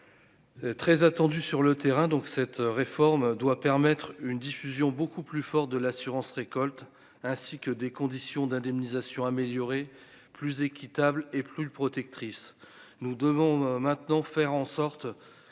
Très attendu sur le terrain, donc, cette réforme doit permettre une diffusion beaucoup plus fort de l'assurance-récolte ainsi que des conditions d'indemnisation améliorée plus équitable et plus protectrice, nous devons maintenant faire en sorte